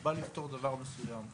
בא לפתור דבר מסוים.